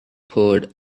poured